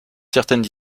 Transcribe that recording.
certaines